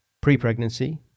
pre-pregnancy